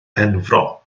penfro